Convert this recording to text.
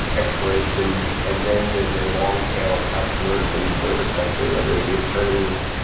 exploration, and then there's a long tail of customers in the service sector whether it'd be attorneys,